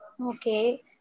Okay